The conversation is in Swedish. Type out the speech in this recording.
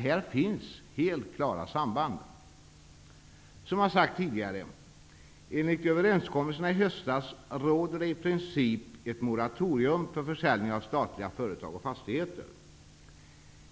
Här finns helt klara samband. Som jag har sagt tidigare råder det enligt överenskommelserna i höstas i princip ett moratorium för försäljning av statliga företag och fastigheter.